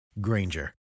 Granger